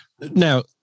Now